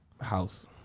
house